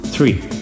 Three